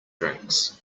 drinks